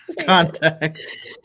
Context